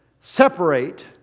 separate